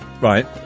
right